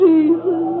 Jesus